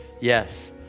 Yes